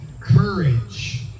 courage